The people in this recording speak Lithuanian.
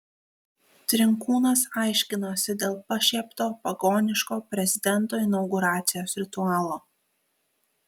trinkūnas aiškinosi dėl pašiepto pagoniško prezidento inauguracijos ritualo